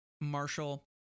Marshall